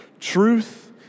Truth